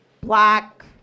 black